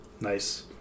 Nice